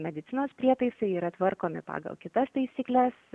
medicinos prietaisai yra tvarkomi pagal kitas taisykles